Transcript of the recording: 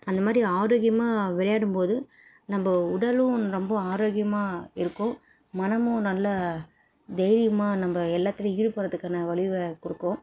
அந்த மாதிரி ஆரோக்கியமாக விளையாடும் போது நம்ம உடலும் ரொம்ப ஆரோக்கியமாக இருக்கும் மனமும் நல்ல தைரியமாக நம்ம எல்லாத்துலேயும் ஈடுபடுறத்துக்கான வழிவகை கொடுக்கும்